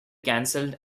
cancelled